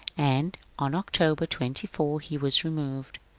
and on october twenty four he was removed.